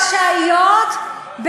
רשאיות,